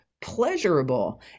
pleasurable